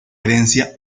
herencia